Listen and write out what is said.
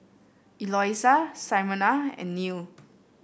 Eloisa Simona and Neal